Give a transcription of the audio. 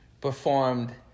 performed